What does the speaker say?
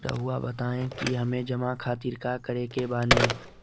रहुआ बताइं कि हमें जमा खातिर का करे के बानी?